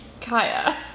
Kaya